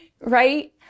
right